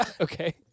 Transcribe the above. Okay